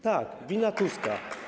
Tak, wina Tuska.